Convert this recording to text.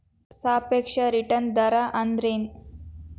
ಸಾಪೇಕ್ಷ ರಿಟರ್ನ್ ದರ ಅಂದ್ರೆನ್